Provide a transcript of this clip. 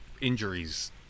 injuries